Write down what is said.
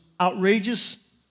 outrageous